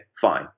Fine